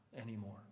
anymore